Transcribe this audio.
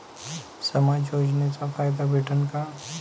समाज योजनेचा फायदा भेटन का?